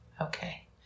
Okay